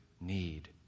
need